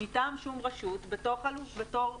מטעם שום רשות בתור חלופות.